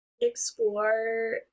explore